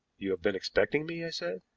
you had been expecting me? i said.